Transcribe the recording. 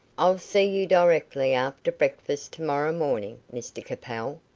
i'll see you directly after breakfast to-morrow morning, mr capel,